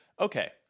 okay